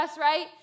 right